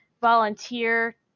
volunteer